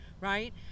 right